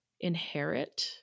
inherit